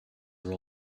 are